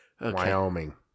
Wyoming